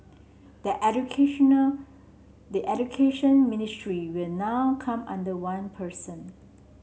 the educational the Education Ministry will now come under one person